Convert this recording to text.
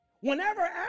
Whenever